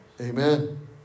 Amen